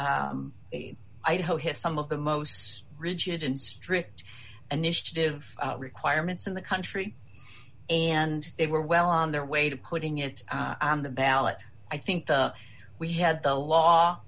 idaho his some of the most rigid and strict initiative requirements in the country and they were well on their way to putting it on the ballot i think we had the